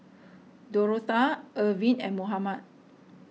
Dorotha Erving and Mohammed